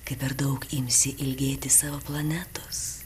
kai per daug imsi ilgėtis savo planetos